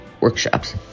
workshops